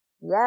yes